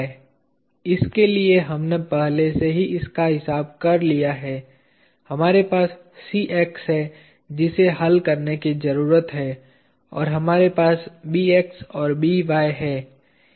इसके लिए हमने पहले ही इसका हिसाब कर लिया है हमारे पास Cx है जिसे हल करने की जरूरत है और हमारे पास Bx और By है